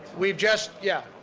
we've just yeah